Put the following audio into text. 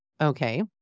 Okay